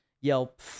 yelp